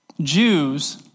Jews